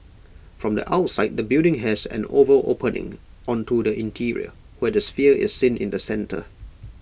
from the outside the building has an oval opening onto the interior where the sphere is seen in the centre